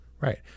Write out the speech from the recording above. Right